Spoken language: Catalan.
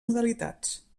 modalitats